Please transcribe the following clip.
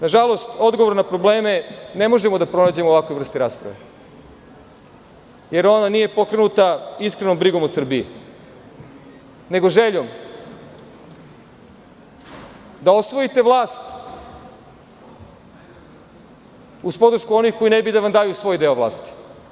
Na žalost, odgovore na probleme ne možemo da pronađemo u ovakvoj vrsti rasprave, jer ona nije pokrenuta iskrenom brigom u Srbiji, nego željom da osvojite vlast uz podršku onih koji ne bi da vam daju svoj deo vlasti.